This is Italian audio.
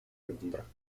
londra